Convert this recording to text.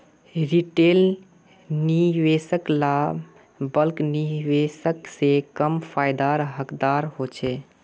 retail निवेशक ला bulk निवेशक से कम फायेदार हकदार होछे